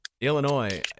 Illinois